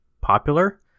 popular